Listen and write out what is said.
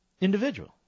individual